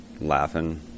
laughing